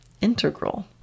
integral